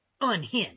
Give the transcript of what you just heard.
unhinged